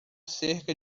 cerca